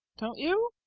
don't you?